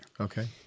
Okay